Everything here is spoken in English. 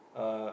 uh